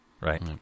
Right